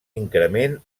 increment